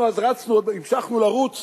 אנחנו אז רצנו, המשכנו לרוץ